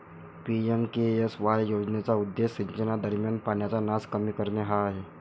PMKSY योजनेचा उद्देश सिंचनादरम्यान पाण्याचा नास कमी करणे हा आहे